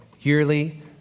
yearly